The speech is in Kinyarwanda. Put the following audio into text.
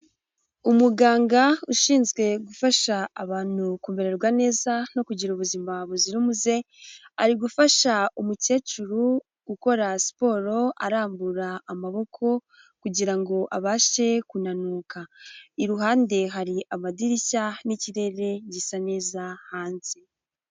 Umuganga ushinzwe gufasha abantu kumererwa neza no kugira ubuzima buzira umuze, ari gufasha umukecuru gukora siporo arambura amaboko kugira ngo abashe kunanuka. Iruhande hari amadirishya n'ikirere gisa neza hanze.